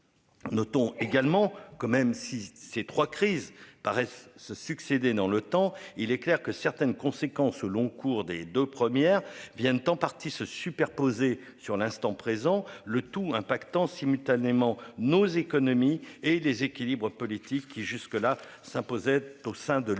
Notons également que même si ces trois crises paraissent se succéder dans le temps il est clair que certaines conséquences long cours des 2 premières viennent en partie se superposer sur l'instant présent le tout impactant simultanément nos économies et les équilibres politiques qui jusque-là s'imposait au sein de l'Union. Cependant,